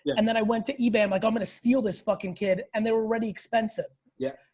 and then i went to ebay. i'm like, i'm gonna steal this fucking kid. and they were already expensive. yeah.